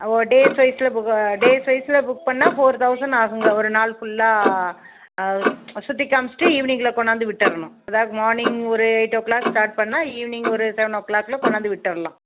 ஒரு டேஸ் வைஸில் போக டேஸ் வைஸில் புக் பண்ணிணா ஃபோர் தௌசண்ட் ஆகுமெங்க ஒரு நாள் ஃபுல்லாக சுற்றி காமிச்சுட்டு ஈவினிங்கில் கொண்டாந்து விட்டணும் அதாவது மார்னிங் ஒரு எயிட் ஓ கிளாக் ஸ்டார்ட் பண்ணிணா ஈவினிங் ஒரு செவன் ஓ கிளாக்கில் கொண்டாந்து விட்டலாம்